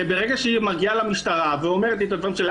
הרי ברגע שהיא מגיעה למשטרה ואומרת לי את הדברים שלה